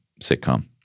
sitcom